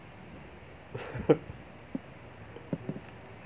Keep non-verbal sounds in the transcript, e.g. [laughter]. [laughs]